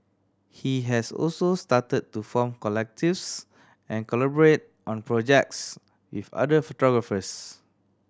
he has also started to form collectives and collaborate on projects with other photographers